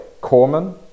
Corman